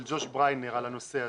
של ג'וש בריינר על הנושא הזה.